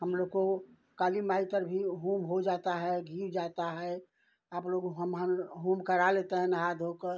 हम लोग को काली माई पर भी होम हो जाता है घी जाता है आप लोग हम होम करा लेते हैं नहा धोकर